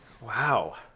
Wow